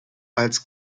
als